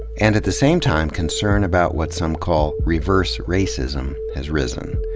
and at the same time, concern about what some call reverse racism has risen.